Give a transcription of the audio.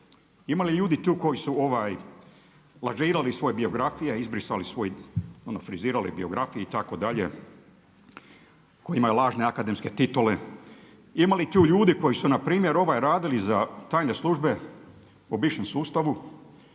Ima li ljudi tu koji su lažirali svoje biografije, izbrisali svoj ono frizirali biografije itd. koji imaju lažne akademske titule? Ima li tu ljudi koji su npr. radili za tajne službe o bivšem sustavu,